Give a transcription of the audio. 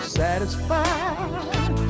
satisfied